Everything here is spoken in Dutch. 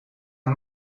een